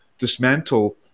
dismantle